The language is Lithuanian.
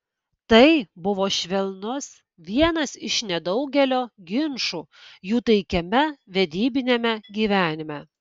tai buvo švelnus vienas iš nedaugelio ginčų jų taikiame vedybiniame gyvenime